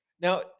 now